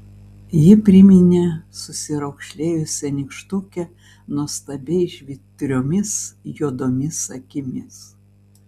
ji priminė susiraukšlėjusią nykštukę nuostabiai žvitriomis juodomis akimis